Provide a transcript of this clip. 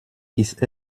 ist